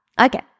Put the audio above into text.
Okay